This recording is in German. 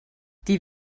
die